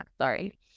Sorry